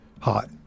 hot